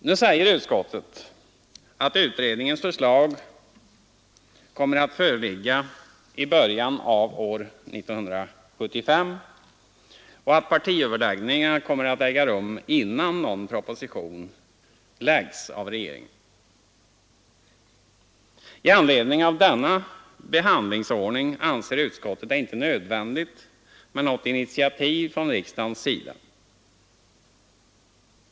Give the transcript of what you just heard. Nu säger utskottet att utredningens förslag kommer att föreligga i början av år 1975 och att partiledaröverläggningar skall äga rum innan någon proposition läggs av regeringen. I anledning av denna behandlingsordning anser utskottet det inte nödvändigt med något initiativ från riksdagens sida.